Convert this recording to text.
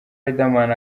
rideman